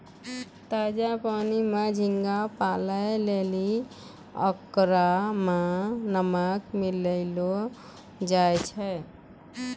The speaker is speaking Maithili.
ताजा पानी में झींगा पालै लेली ओकरा में नमक मिलैलोॅ जाय छै